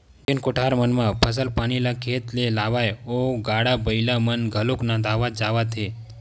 जेन कोठार मन म फसल पानी ल खेत ले लावय ओ गाड़ा बइला मन घलोक नंदात जावत हे